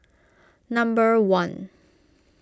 number one